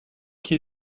qui